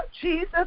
Jesus